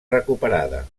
recuperada